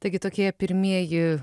taigi tokie pirmieji